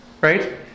right